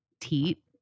teat